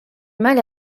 mal